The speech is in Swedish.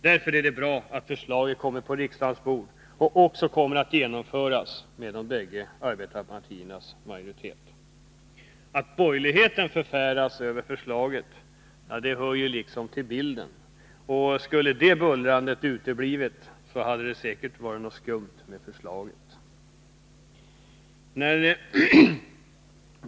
Därför är det bra att förslaget kommit på riksdagens bord och också kommer att genomföras med de bägge arbetarpartiernas stöd. Att borgerligheten förfäras över förslaget hör liksom till bilden, och skulle det bullrandet ha uteblivit, hade det säkert varit något skumt med förslaget.